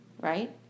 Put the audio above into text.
right